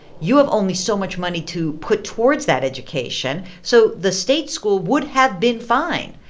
you have only so much money to put towards that education. so the state school would have been fine,